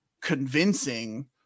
convincing